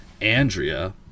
Andrea